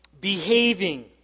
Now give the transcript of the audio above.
behaving